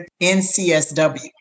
NCSW